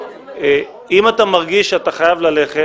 אם אתה מרגיש שאתה חייב ללכת,